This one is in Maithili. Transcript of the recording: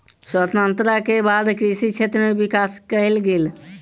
स्वतंत्रता के बाद कृषि क्षेत्र में विकास कएल गेल